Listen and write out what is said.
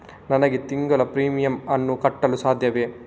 ನನಗೆ ತಿಂಗಳ ಪ್ರೀಮಿಯಮ್ ಅನ್ನು ಕಟ್ಟಲು ಸಾಧ್ಯವೇ?